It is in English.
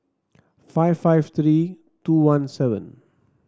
five five three two one seven